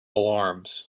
alarms